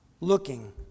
looking